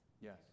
yes